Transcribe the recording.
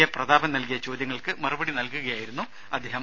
എൻപ്രതാപൻ നൽകിയ ചോദ്യങ്ങൾക്ക് മറുപടി നൽകുകയായിരുന്നു അദ്ദേഹം